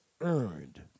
earned